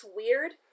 weird